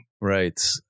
Right